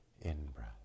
in-breath